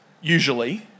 usually